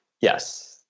Yes